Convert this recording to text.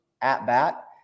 at-bat